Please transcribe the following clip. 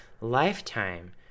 Lifetime